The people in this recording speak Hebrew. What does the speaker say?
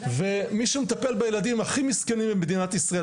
ומי שמטפל בילדים הכי מסכנים במדינת ישראל,